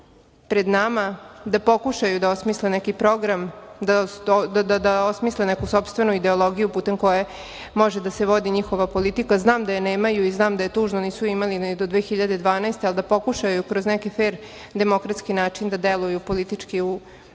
pred nama, da pokušaju da osmisle neki program, da osmisle neku sopstvenu ideologiju putem koje može da se vodi njihova politika. Znam da je nemaju i znam da je tužno, nisu je imali ni do 20212. godine, ali da pokušaju kroz neki fer demokratski način da deluju politički u